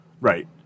Right